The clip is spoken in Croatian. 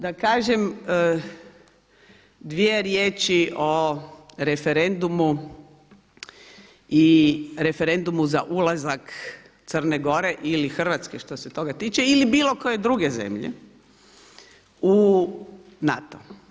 Da kažem dvije riječi o referendumu i referendumu za ulazak Crne Gore ili Hrvatske što se toga tiče ili bilo koje druge zemlje u NATO.